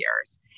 years